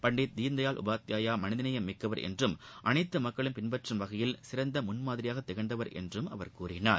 பண்டித் தீன்தயாள் உபத்யாயா மனிதநேயம் மிக்கவர் என்றும் அனைத்து மக்களும் பின்பற்றம் வகையில் சிறந்த முன்மாதிரியாகத் திகழ்ந்தார் என்றும் அவர் கூறினார்